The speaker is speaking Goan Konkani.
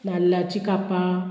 दाल्लाचीं कापां